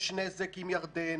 יש נזק עם ירדן,